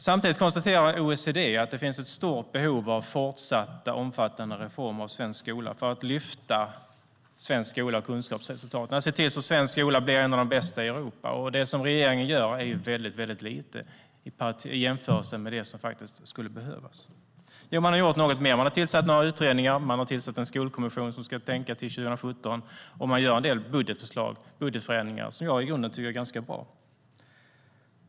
Samtidigt konstaterar OECD att det finns ett stort behov av fortsatta, omfattande reformer av den svenska skolan för att lyfta svenska skolans kunskapsresultat och se till att den svenska skolan blir en av de bästa i Europa. Det som regeringen gör är väldigt lite i jämförelse med det som skulle behövas. Den har gjort något mer. Den har tillsatt några utredningar och en skolkommission som ska tänka till 2017, och den gör en del budgetförändringar som jag i grunden tycker är ganska bra.